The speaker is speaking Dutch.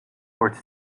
wordt